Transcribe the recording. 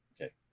okay